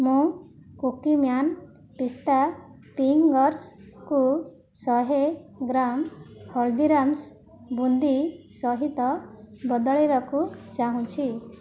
ମୁଁ କୁକୀମ୍ୟାନ୍ ପିସ୍ତା ଫିଙ୍ଗର୍ସକୁ ଶହେ ଗ୍ରାମ୍ ହଳଦୀରାମ୍ସ୍ ବୁନ୍ଦି ସହିତ ବଦଳାଇବାକୁ ଚାହୁଁଛି